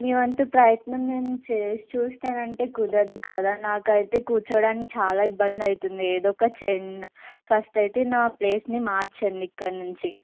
మీ వంతు ప్రయత్నం నేను చేసి చూస్తానంటే కుదరదు కదా నాకైతే కూర్చోడానికి చాలా ఇబ్బంది అవుతుంది ఎదో ఒకటి చేయండి ఫస్ట్ అయితే నా ప్లేస్ని మార్చండి ఇక్కడ నుంచి